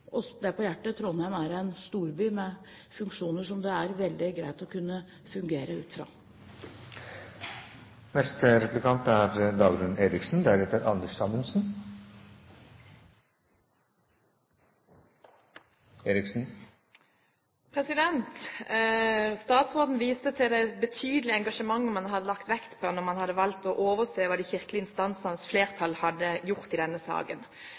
Trondheim er en storby med funksjoner som det er veldig greit å kunne fungere ut fra. Statsråden viste til det betydelige engasjementet man hadde lagt vekt på da man valgte å overse hva de kirkelige instansers flertall hadde gjort i denne saken.